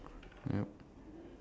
yup